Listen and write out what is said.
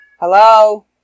Hello